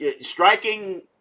striking